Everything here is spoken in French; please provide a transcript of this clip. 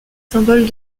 symboles